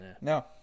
no